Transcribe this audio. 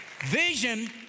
Vision